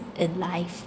in life